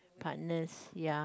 partners ya